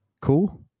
Cool